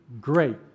Great